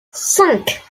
cinq